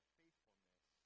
faithfulness